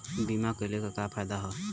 बीमा कइले का का फायदा ह?